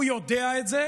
הוא יודע את זה,